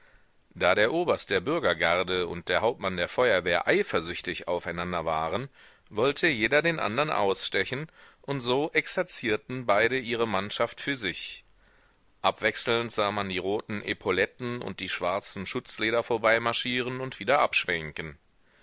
da der oberst der bürgergarde und der hauptmann der feuerwehr eifersüchtig aufeinander waren wollte jeder den andern ausstechen und so exerzierten beide ihre mannschaft für sich abwechselnd sah man die roten epauletten und die schwarzen schutzleder vorbeimarschieren und wieder abschwenken